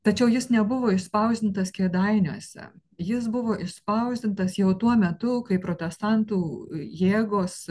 tačiau jis nebuvo išspausdintas kėdainiuose jis buvo išspausdintas jau tuo metu kai protestantų jėgos